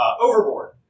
Overboard